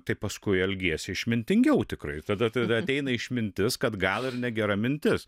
tai paskui elgiesi išmintingiau tikrai tada tada ateina išmintis kad gal ir negera mintis